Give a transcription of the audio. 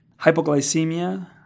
Hypoglycemia